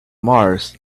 mars